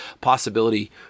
possibility